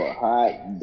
hot